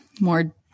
more